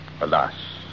alas